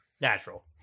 natural